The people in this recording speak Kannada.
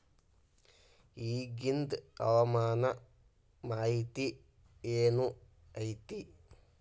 ಇಗಿಂದ್ ಹವಾಮಾನ ಮಾಹಿತಿ ಏನು ಐತಿ?